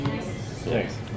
Thanks